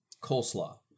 coleslaw